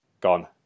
gone